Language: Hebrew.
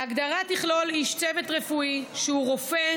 ההגדרה תכלול איש צוות רפואי, רופא,